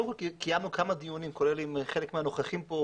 קיימנו כמה דיונים כולל עם חלק מהנוכחים פה,